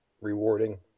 rewarding